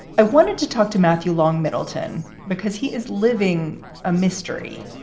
i wanted to talk to matthew long middleton because he is living a mystery.